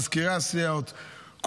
למזכירי הסיעות,